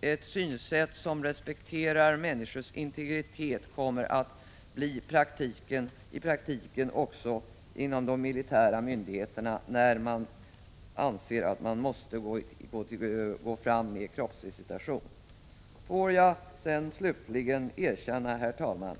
ett synsätt som respekterar människors integritet kommer att bli i praktiken rådande också inom de militära myndigheterna, när man anser att man måste gå fram med kroppsvisitation. Låt mig allra sist erkänna en sak, herr talman.